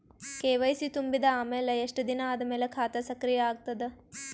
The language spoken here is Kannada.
ಕೆ.ವೈ.ಸಿ ತುಂಬಿದ ಅಮೆಲ ಎಷ್ಟ ದಿನ ಆದ ಮೇಲ ಖಾತಾ ಸಕ್ರಿಯ ಅಗತದ?